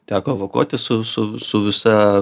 teko evakuoti su su su visa